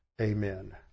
Amen